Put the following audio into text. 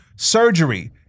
Surgery